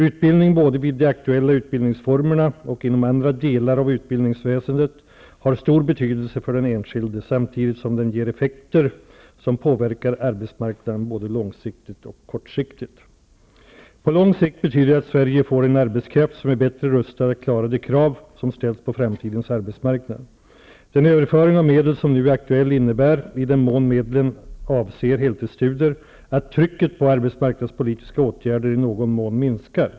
Utbildning både vid de aktuella utbildningsformerna och inom andra delar av ut bildningsväsendet har stor betydelse för den en skilde samtidigt som den ger effekter som påver kar arbetsmarknaden både långsiktigt och kort siktigt. På lång sikt betyder det att Sverige får en arbets kraft som är bättre rustad att klara de krav som ställs på framtidens arbetsmarknad. Den överfö ring av medel som nu är aktuell innebär, i den mån medlen avser heltidsstudier, att trycket på arbets marknadspolitiska åtgärder i någon mån minskar.